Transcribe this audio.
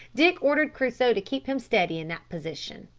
dick ordered crusoe to keep him steady in that position.